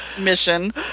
mission